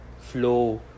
flow